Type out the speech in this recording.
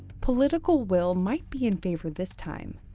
political will might be in favor this time.